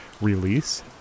release